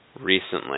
Recently